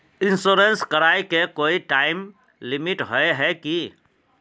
Insurance कराए के कोई टाइम लिमिट होय है की?